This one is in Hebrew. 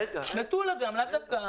רגע.